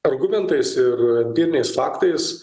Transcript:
argumentais ir empiriniais faktais